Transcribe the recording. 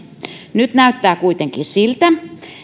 nyt näyttää kuitenkin siltä